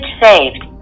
saved